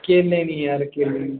केले नी जार केले नी